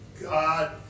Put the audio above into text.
God